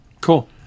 Cool